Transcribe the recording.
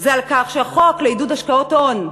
זה שהחוק לעידוד השקעות הון,